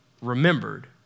remembered